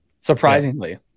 surprisingly